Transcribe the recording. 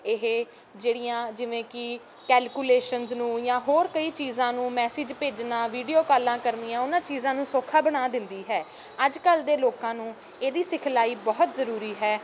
ਇਹ ਜਿਹੜੀਆਂ ਜਿਵੇਂ ਕਿ ਕੈਲਕੂਲੇਸ਼ਨ ਨੂੰ ਜਾਂ ਹੋਰ ਕਈ ਚੀਜ਼ਾਂ ਨੂੰ ਮੈਸੇਜ ਭੇਜਣਾ ਵੀਡੀਓ ਕਾਲਾਂ ਕਰਨੀਆਂ ਉਹਨਾਂ ਚੀਜ਼ਾਂ ਨੂੰ ਸੌਖਾ ਬਣਾ ਦਿੰਦੀ ਹੈ ਅੱਜ ਕੱਲ੍ਹ ਦੇ ਲੋਕਾਂ ਨੂੰ ਇਹਦੀ ਸਿਖਲਾਈ ਬਹੁਤ ਜ਼ਰੂਰੀ ਹੈ